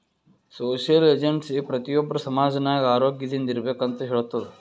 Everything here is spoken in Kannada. ಸೋಶಿಯಲ್ ಏಜೆನ್ಸಿ ಪ್ರತಿ ಒಬ್ಬರು ಸಮಾಜ ನಾಗ್ ಆರೋಗ್ಯದಿಂದ್ ಇರ್ಬೇಕ ಅಂತ್ ಹೇಳ್ತುದ್